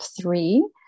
three